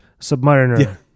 Submariner